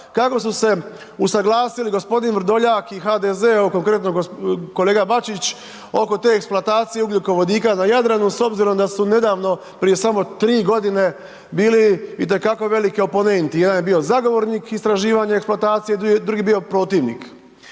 kako su se usuglasili gospodin Vrdoljak i HDZ, kolega Bačić, oko te eksploatacija ugljikovodika na Jadranu, s obzirom da su nedavno, prije samo 3 g. bili itekako veliki opomenuti. Jedan je bio zagovornik istraživanja eksploatacije, drugi je bio protivnik.